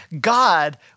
God